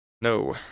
No